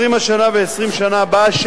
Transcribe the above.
20 השנה ו-20 בשנה הבאה,